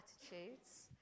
attitudes